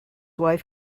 wife